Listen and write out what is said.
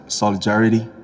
solidarity